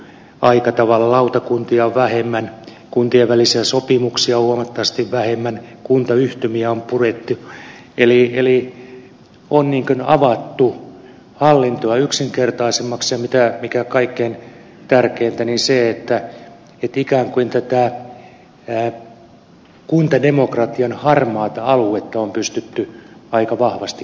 aika tavalla lautakuntia on vähemmän kuntien välisiä sopimuksia on huomattavasti vähemmän kuntayhtymiä on purettu eli on niin kuin avattu hallintoa yksinkertaisemmaksi ja mikä kaikkein tärkeintä ikään kuin tätä kuntademokratian harmaata aluetta on pystytty aika vahvastikin poistamaan